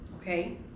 okay